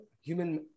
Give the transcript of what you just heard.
human